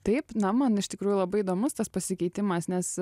taip na man iš tikrųjų labai įdomus tas pasikeitimas nes